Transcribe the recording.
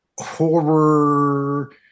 horror